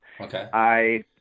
Okay